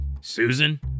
Susan